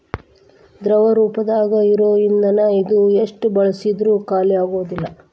ದ್ರವ ರೂಪದಾಗ ಇರು ಇಂದನ ಇದು ಎಷ್ಟ ಬಳಸಿದ್ರು ಖಾಲಿಆಗುದಿಲ್ಲಾ